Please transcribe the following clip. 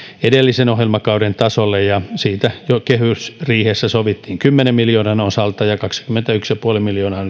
edellisen ohjelmakauden tasolle ja siitä jo kehysriihessä sovittiin kymmenen miljoonan osalta ja kaksikymmentäyksi pilkku viisi miljoonaa